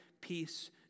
peace